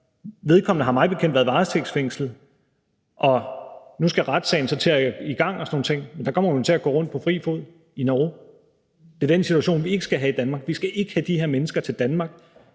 Vedkommende har mig bekendt været varetægtsfængslet, og nu skal retssagen så i gang og sådan nogle ting, men der kommer hun til at gå rundt på fri fod i Norge. Det er den situation, vi ikke skal have i Danmark. Vi skal ikke have de her mennesker til Danmark